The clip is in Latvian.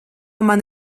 man